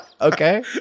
okay